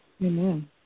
Amen